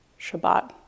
Shabbat